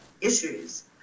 issues